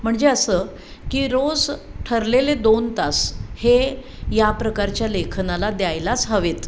म्हणजे असं की रोज ठरलेले दोन तास हे या प्रकारच्या लेखनाला द्यायलाच हवेत